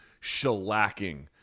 shellacking